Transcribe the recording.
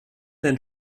den